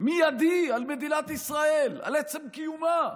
מיידי על מדינת ישראל, על עצם קיומה,